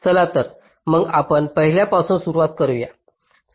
चला तर मग आपण पहिल्यापासून सुरुवात करूया